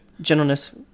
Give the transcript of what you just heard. Gentleness